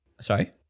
Sorry